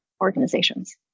organizations